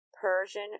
Persian